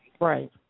Right